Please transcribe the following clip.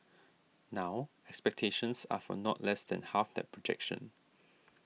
now expectations are for not less than half that projection